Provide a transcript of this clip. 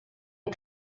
est